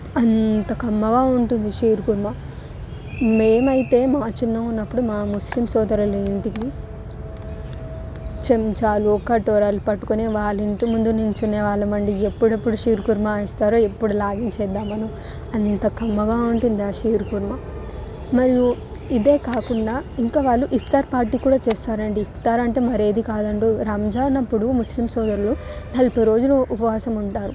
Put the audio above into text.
అంత కమ్మగా ఉంటుంది షీర్ కుర్మా మేమైతే మా చిన్నగా ఉన్నప్పుడు మా ముస్లిం సోదరులు ఇంటికి చెంచాలు కటోరాలు పట్టుకొని వాళ్ళ ఇంటి ముందు నిలుచోనే వాళ్ళమండి ఎప్పుడెప్పుడు షీర్ కుర్మా ఇస్తారో ఎప్పుడు లాగించేద్దాము అని అంత కమ్మగా ఉంటుంది ఆ షీర్ కుర్మా మరియు ఇదే కాకుండా ఇంకా వాళ్ళు ఇఫ్తార్ పార్టీ కూడా చేస్తారండి ఇఫ్తార్ అంటే మరి ఏది కాదండి రంజాన్ అప్పుడు ముస్లిం సోదరులు నలభై రోజులు ఉపవాసం ఉంటారు